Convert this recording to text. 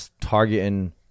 targeting